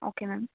okay ma'am